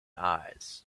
eyes